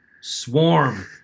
Swarm